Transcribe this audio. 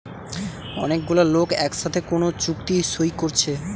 অনেক গুলা লোক একসাথে কোন চুক্তি সই কোরছে